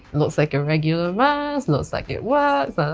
looks like a regular mask. looks like it works.